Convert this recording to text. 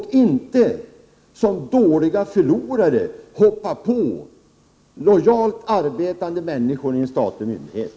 Ni skall inte som dåliga förlorare hoppa på lojalt arbetande människor i en statlig myndighet.